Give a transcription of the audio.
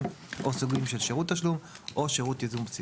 או סוגים של שירות תשלום או שירות ייזום בסיסי".